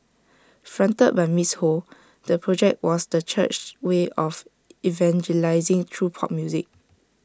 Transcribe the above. fronted by miss ho the project was the church's way of evangelising through pop music